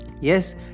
yes